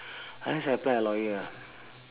unless I apply a lawyer